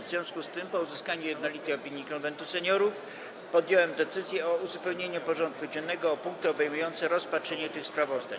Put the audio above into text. W związku z tym, po uzyskaniu jednolitej opinii Konwentu Seniorów, podjąłem decyzję o uzupełnieniu porządku dziennego o punkty obejmujące rozpatrzenie tych sprawozdań.